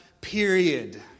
period